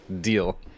Deal